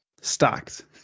Stacked